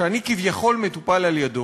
שאני כביכול מטופל על-ידו,